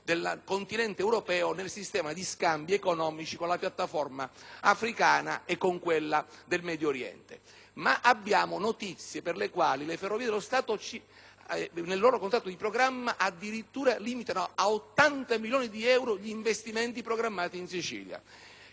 del continente europeo nel sistema di scambi economici con la piattaforma africana e con quella del Medio Oriente. Ebbene, abbiamo notizie per le quali le Ferrovie dello Stato nel loro contratto di programma addirittura limitano a 80 milioni di euro gli investimenti programmati in Sicilia.